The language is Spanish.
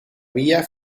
vía